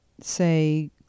say